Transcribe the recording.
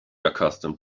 accustomed